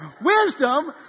wisdom